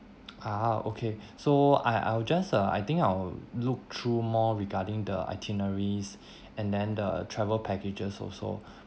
ah okay so I I'll just uh I think I'll look through more regarding the itineraries and then the travel packages also